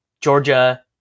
Georgia